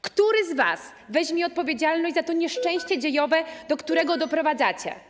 Który z was weźmie odpowiedzialność za to nieszczęście dziejowe, do którego doprowadzacie?